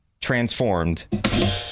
transformed